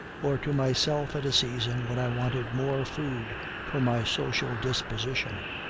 or to myself at a season when i wanted more food for my social disposition,